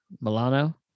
milano